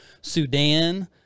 Sudan